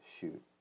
shoot